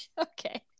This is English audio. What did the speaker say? okay